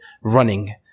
running